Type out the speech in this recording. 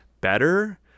better